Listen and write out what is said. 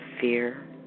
fear